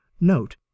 note